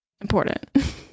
important